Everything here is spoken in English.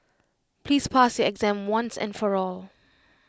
please pass your exam once and for all